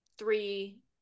three